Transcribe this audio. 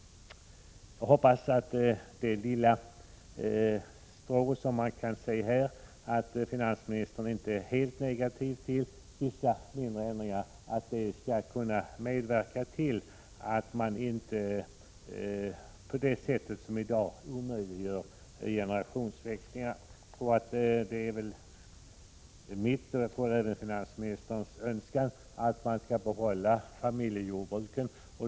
Jag hoppas att den antydan som finns i svaret om att finansministern inte är helt negativ till vissa ändringar skall kunna medföra att generationsväxlingar i framtiden inte omöjliggörs på samma sätt som i dag. Det är min, och tror jag, även finansministerns önskan att vi skall kunna behålla familjejordbruken.